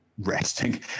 resting